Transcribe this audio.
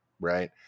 right